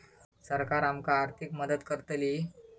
सरकार आमका आर्थिक मदत करतली?